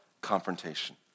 confrontation